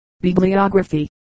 bibliography